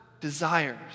desires